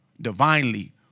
divinely